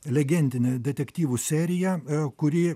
legendinę detektyvų seriją kuri